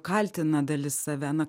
kaltina dalis save na